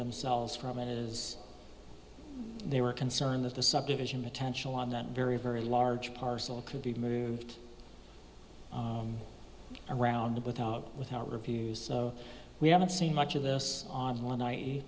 themselves from it is they were concerned that the subdivision potential on that very very large parcel could be moved around without without reviews so we haven't seen much of this on